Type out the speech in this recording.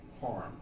harm